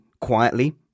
quietly